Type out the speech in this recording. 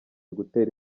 gutera